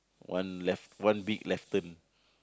one left one big left turn